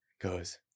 goes